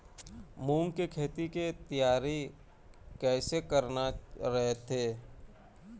मूंग के खेती के तियारी कइसे करना रथे?